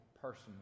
person